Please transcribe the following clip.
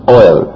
oil